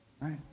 right